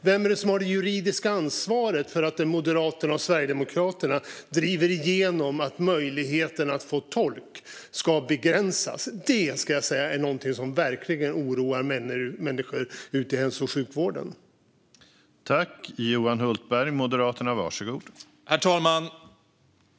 Vem har det juridiska ansvaret efter det att Moderaterna och Sverigedemokraterna driver igenom en begränsning av möjligheten att få tolk? Detta är något som verkligen oroar människor ute i hälso och sjukvården, ska jag säga.